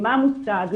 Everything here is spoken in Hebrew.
מה מוצג,